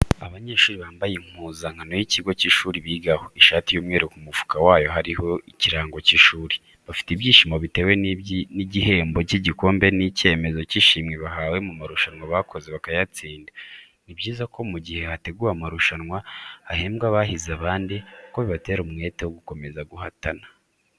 Abanyeshuri bambaye impuzankano y'ikigo cy'ishuri bigaho, ishati y'umweru ku mufuka wayo hariho ikirango cy'ishuri, bafite ibyishimo batewe n'igihembo cy'igikombe n'icyemezo cy'ishimwe bahawe mu marushanwa bakoze bakayatsinda. Ni byiza ko mu gihe hateguwe amarusanwa hahembwa abahize abandi kuko bibatera n'umwete wo gukomeza guhatana.